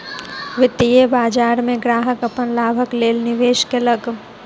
वित्तीय बाजार में ग्राहक अपन लाभक लेल निवेश केलक